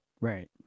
right